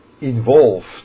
involved